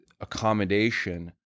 accommodation